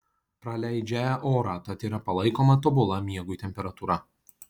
praleidžią orą tad yra palaikoma tobula miegui temperatūra